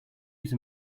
use